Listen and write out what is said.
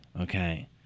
okay